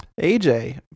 AJ